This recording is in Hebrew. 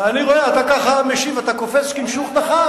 אני רואה שאתה ככה משיב, אתה קופץ כנשוך נחש.